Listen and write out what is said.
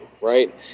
right